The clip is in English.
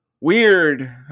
Weird